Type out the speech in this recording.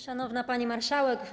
Szanowna Pani Marszałek!